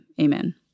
amen